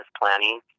planning